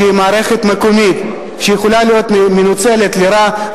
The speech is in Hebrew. שהיא מערכת מקומית שיכולה להיות מנוצלת לרעה,